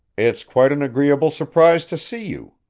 it's quite an agreeable surprise to see you,